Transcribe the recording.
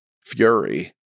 fury